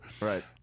Right